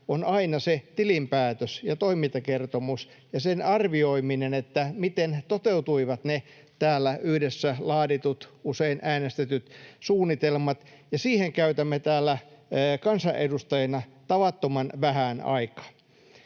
on aina tilinpäätös ja toimintakertomus ja sen arvioiminen, miten toteutuivat ne täällä yhdessä laaditut, usein äänestetyt suunnitelmat, ja siihen käytämme täällä kansanedustajina tavattoman vähän aikaa.